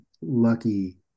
lucky